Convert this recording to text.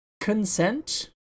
consent